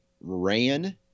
ran